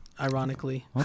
ironically